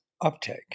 uptake